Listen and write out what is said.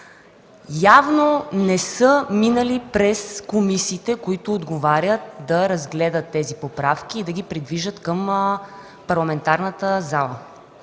явно не са минали през комисиите, които отговарят да разгледат тези поправки и да ги придвижат към парламентарната зала.